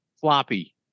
floppy